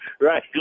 Right